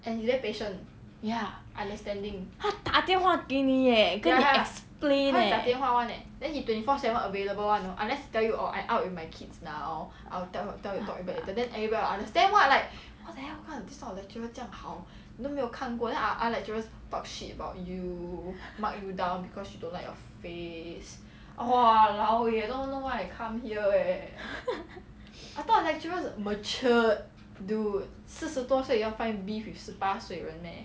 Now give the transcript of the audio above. ya 他打电话给你 eh 跟你 explain eh